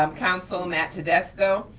um counsel, matt tedesco,